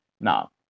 Now